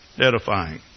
Edifying